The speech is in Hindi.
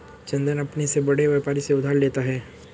चंदन अपने से बड़े व्यापारी से उधार लेता है